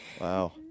Wow